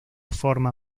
forma